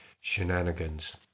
shenanigans